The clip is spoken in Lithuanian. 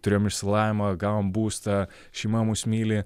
turėjom išsilavinimą gavom būstą šeima mus myli